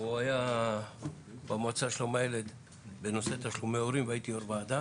היה במועצה לשלום הילד בנושא תשלומי הורים והייתי יו"ר וועדה.